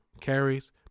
carries